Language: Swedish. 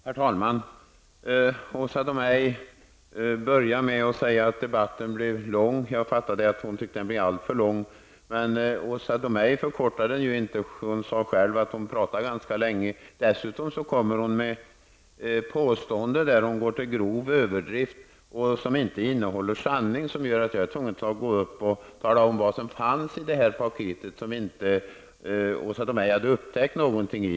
Herr talman! Åsa Domeij börjar med att säga att debatten blev lång. Jag uppfattade att hon tyckte att den blev alltför lång. Men Åsa Domeij förkortade den inte. Hon sade själv att hon pratade ganska länge. Dessutom kom hon med påståenden som inte innehåller sanning. Hon går till grov överdrift, vilket gör att jag måste gå upp och tala om vad som fanns i det paket som Åsa Domeij inte hade upptäckt något i.